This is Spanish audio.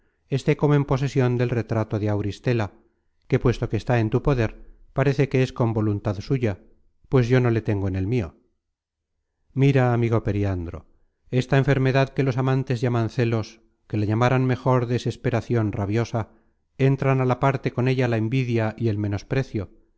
como en posesion del retrato de auristela que puesto que está en tu poder parece que es con voluntad suya pues yo no le tengo en el mio mira amigo periandro esta enfermedad que los amantes llaman celos que la llamaran mejor desesperacion rabiosa entran á la parte con ella la invidia y el menosprecio